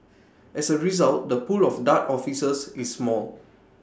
as A result the pool of dart officers is small